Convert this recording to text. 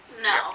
no